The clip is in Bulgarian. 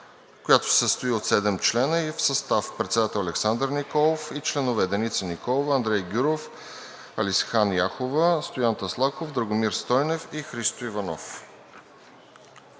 ще се състои от седем членове и в състав: председател Александър Николов и членове: Деница Николова, Андрей Гюров, Ализан Яхова, Стоян Таслаков, Драгомир Стойнев и Христо Иванов.